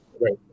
Right